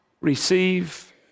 receive